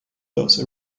those